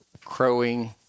crowing